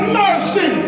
mercy